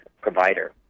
provider